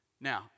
Now